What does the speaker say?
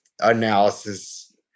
analysis